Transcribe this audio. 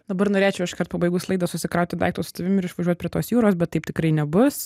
dabar norėčiau iškart pabaigus laidą susikrauti daiktus su tavim ir išvažiuot prie tos jūros bet taip tikrai nebus